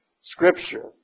scripture